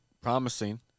promising